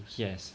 yes